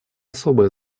особое